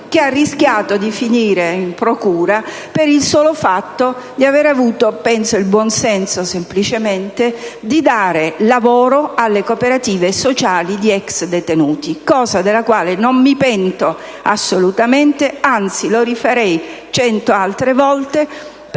che ha rischiato di finire in procura per il solo fatto di avere avuto semplicemente - così penso - il buon senso di dare lavoro alle cooperative sociali di ex detenuti: cosa della quale non mi pento assolutamente, anzi, lo rifarei cento altre volte.